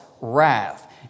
wrath